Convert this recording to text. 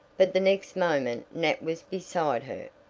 but the next moment nat was beside her.